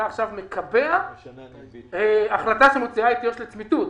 עכשיו מקבע החלטה שמוציאה את יו"ש לצמיתות.